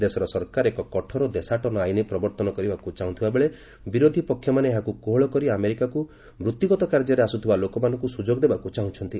ଦେଶର ସରକାର ଏକ କଠୋର ଦେଶାଟନ ଆଇନ୍ ପ୍ରବର୍ଭନ କରିବାକୁ ଚାହୁଁଥିବା ବେଳେ ବିରୋଧୀ ପକ୍ଷମାନେ ଏହାକୁ କୋହଳ କରି ଆମେରିକାକୁ ବୃଭିଗତ କାର୍ଯ୍ୟରେ ଆସୁଥିବା ଲୋକମାନଙ୍କୁ ସୁଯୋଗ ଦେବାକୁ ଚାହୁଁଛନ୍ତି